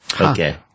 Okay